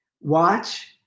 Watch